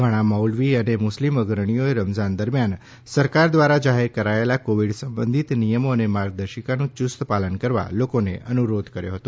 ઘણાં મૌલવીઓ અને મુસ્લિમ અગ્રણીઓએ રમઝાન દરમ્યાન સરકાર દ્વારા જાહેર કરાયેલાં કોવિડ સંબંધીત નિયમો અને માર્ગદર્શિકાનું યુસ્ત પાલન કરવા લોકોને અનુરોધ કર્યો છે